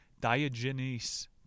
Diogenes